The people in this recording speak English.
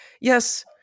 Yes